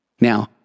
Now